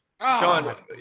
Sean